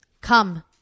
Come